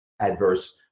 adverse